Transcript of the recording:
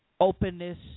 openness